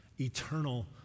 Eternal